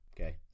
okay